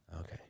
okay